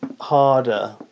harder